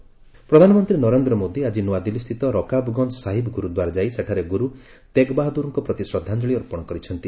PM Rakabganj ପ୍ରଧାନମନ୍ତ୍ରୀ ନରେନ୍ଦ୍ର ମୋଦି ଆଜି ନୂଆଦିଲ୍ଲୀସ୍ଥିତ ରକାବ୍ଗଞ୍ଜ ସାହିବ ଗୁରୁଦ୍ୱାର ଯାଇ ସେଠାରେ ଗୁରୁ ତେଗ୍ ବାହାଦୁର୍ଙ୍କ ପ୍ରତି ଶ୍ରଦ୍ଧାଞ୍ଚଳି ଅପିଣ କରିଛନ୍ତି